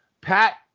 Pat